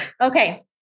Okay